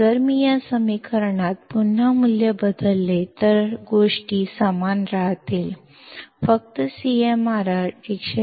जर मी या समीकरणात हे मूल्य पुन्हा बदलले तर गोष्टी समान राहतील फक्त CMRR 105 आहे